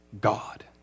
God